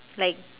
like